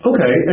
Okay